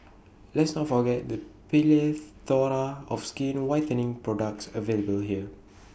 let's not forget the of skin whitening products available here